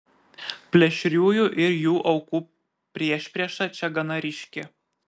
plėšriųjų ir jų aukų priešprieša čia gana ryški